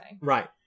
Right